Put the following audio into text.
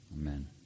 Amen